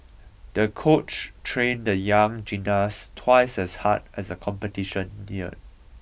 the coach trained the young gymnast twice as hard as the competition neared